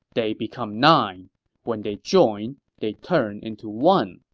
they become nine when they join, they turn into one,